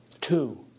Two